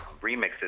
remixes